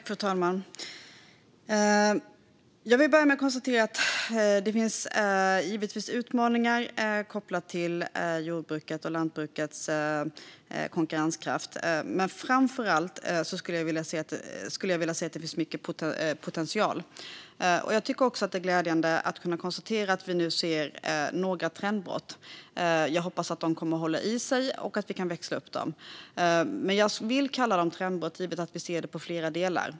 Fru talman! Det finns givetvis utmaningar kopplade till jordbrukets och lantbrukets konkurrenskraft, men framför allt finns det en stor potential. Det är glädjande att vi nu ser några trendbrott. Jag hoppas att de håller i sig och att vi kan växla upp dem. Jag vill kalla dem trendbrott eftersom vi ser det i flera delar.